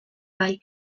bai